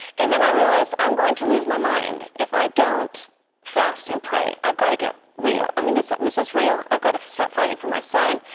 and then i realized, i'm going to lose my mind if i don't fast and pray. i've got to get real. i mean this this is real. i've got to start fighting for my son.